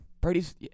Brady's